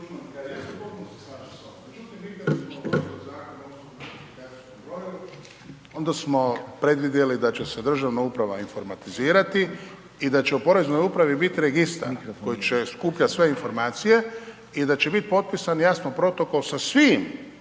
Šuker. **Šuker, Ivan (HDZ)** …/Govornik naknadno uključen./… onda smo predvidjeli da će se državna uprava informatizirati i da će u poreznoj upravi biti registar koji će skupljati sve informacije i da će biti potpisan, jasno protokol sa svim